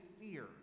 fear